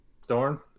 Storm